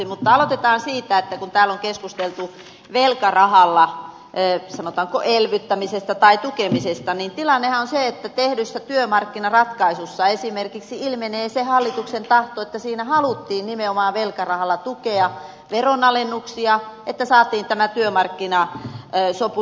mutta aloitetaan siitä että kun täällä on keskusteltu velkarahalla sanotaanko elvyttämisestä tai tukemisesta niin tilannehan on se että tehdyssä työmarkkinaratkaisussa esimerkiksi ilmenee se hallituksen tahto että siinä haluttiin nimenomaan velkarahalla tukea veronalennuksia että saatiin tämä työmarkkinasopu synnytettyä